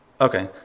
Okay